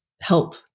help